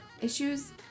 issues